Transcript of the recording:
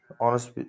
Honest